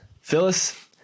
Phyllis